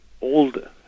old